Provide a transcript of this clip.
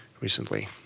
recently